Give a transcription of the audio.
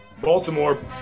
Baltimore